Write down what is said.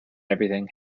everything